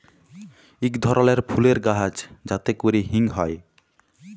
ইক ধরলের ফুলের গাহাচ যাতে ক্যরে হিং হ্যয়